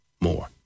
more